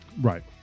Right